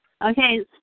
Okay